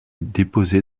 déposées